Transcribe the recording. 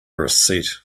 receipt